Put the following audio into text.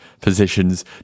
positions